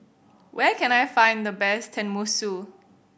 where can I find the best Tenmusu